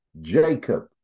jacob